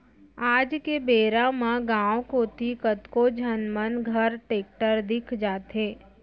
आज के बेरा म गॉंव कोती कतको झन मन घर टेक्टर दिख जाथे